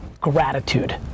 gratitude